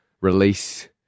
release